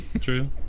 True